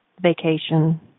vacation